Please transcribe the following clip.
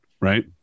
right